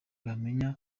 bamenye